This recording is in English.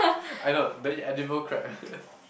I know don't eat inedible crab